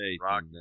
Rock